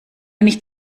nicht